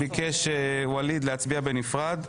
חבר הכנסת ואליד ביקש להצביע בנפרד.